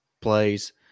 plays